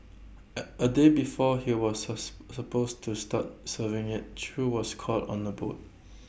at A day before he was sus supposed to start serving IT chew was caught on A boat